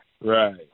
right